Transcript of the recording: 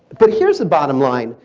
but here's the bottom line,